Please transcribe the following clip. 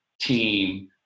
team